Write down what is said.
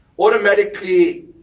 automatically